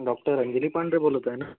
doctor Anjali Pande बोलत आहे ना